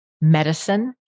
medicine